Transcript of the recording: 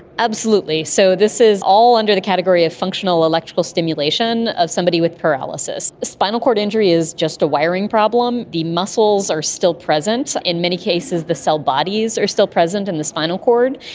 absolutely. so this is all under the category of functional electrical stimulation of somebody with paralysis. spinal cord injury is just a wiring problem. the muscles are still present. in many cases the cell bodies are still present in the spinal cord,